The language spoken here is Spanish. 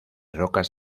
rocas